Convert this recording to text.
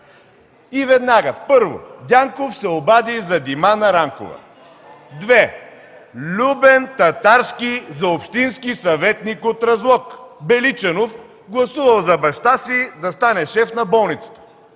И веднага, първо: „Дянков се обади за Димана Ранкова”; второ: „Любен Татарски – за общински съветник от Разлог”; „Беличанов гласувал за баща си да стане шеф на болницата”;